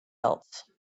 else